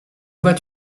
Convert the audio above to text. vas